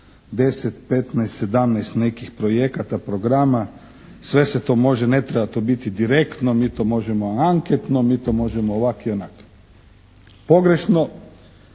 10, 15, 17 nekih projekata, programa, sve se to može, ne treba to biti direktno, mi to možemo anketno, mi to možemo ovako i onako. Pogrešno